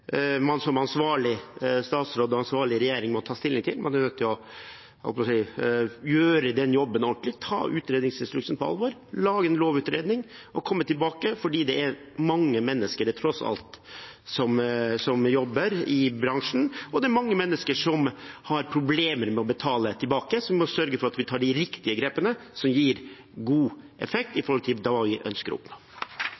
man som ansvarlig statsråd og ansvarlig regjering må ta stilling til. Man er nødt til – jeg holdt på å si – å gjøre den jobben ordentlig, ta utredningsinstruksen på alvor, lage en lovutredning og komme tilbake, fordi det tross alt er mange mennesker som jobber i bransjen, og det er mange mennesker som har problemer med å betale tilbake. Vi må sørge for at vi tar de riktige grepene som gir god effekt